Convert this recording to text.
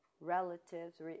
Relatives